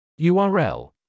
url